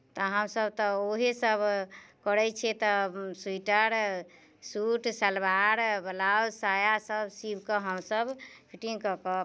तऽ हमसभ तऽ उएहसभ करै छियै तऽ स्वीटर सूट सलवार ब्लाउज साया सभ सीबि कऽ हमसभ फिटिंग कऽ कऽ